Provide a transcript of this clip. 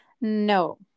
No